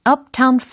Uptown